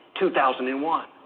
2001